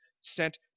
sent